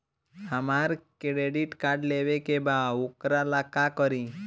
हमरा credit card लेवे के बा वोकरा ला का करी?